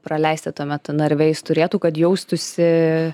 praleisti tuo metu narve jis turėtų kad jaustųsi